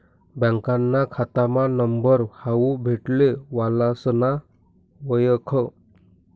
बँकाना खातामा नंबर हावू भेटले वालासना वयख